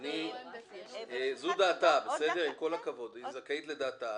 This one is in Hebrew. --- זו דעתה, והיא זכאית לדעתה.